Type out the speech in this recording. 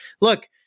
Look